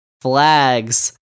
Flags